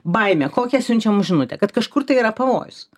baimė kokią siunčia mum žinutę kad kažkur tai yra pavojus